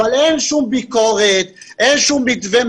אבל אין שום ביקורת ואין שום מתווה,